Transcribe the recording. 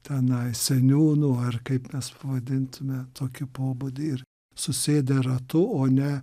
tenai seniūnų ar kaip mes pavadintume tokį pobūdį ir susėdę ratu o ne